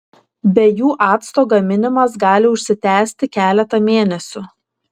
be jų acto gaminimas gali užsitęsti keletą mėnesių